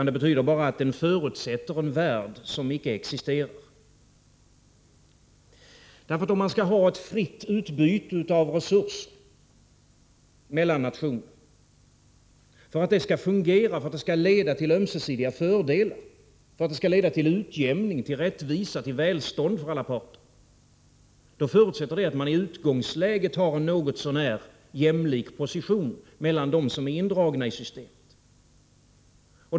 Det betyder bara att den förutsätter en värld som icke existerar. För att ett fritt utbyte av resurser mellan nationerna skall fungera och leda till ömsesidiga fördelar, för att det skall leda till utjämning, rättvisa och välstånd för alla parter, är förutsättningen att de som är indragna i systemet i utgångsläget har en något så när jämlik position.